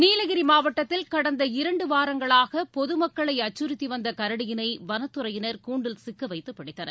நீலகிரிமாவட்டத்தில் கடந்த இரண்டுவாரங்களாகபொதுமக்களைஅச்சுறுத்திவந்தகரடியினைவனத்துறையினர் கூன்டில் சிக்கவைத்தபிடித்தனர்